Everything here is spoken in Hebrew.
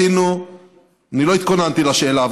אני לא התכוננתי לשאלה,